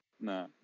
No